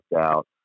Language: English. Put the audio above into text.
out